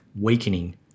weakening